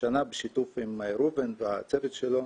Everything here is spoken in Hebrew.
השנה בשיתוף עם ראובן והצוות שלו.